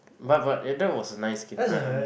but but eh that was a nice game